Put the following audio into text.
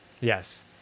Yes